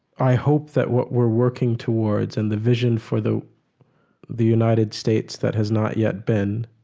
i hope that what we're working towards and the vision for the the united states that has not yet been